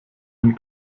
dem